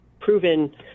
proven